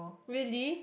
really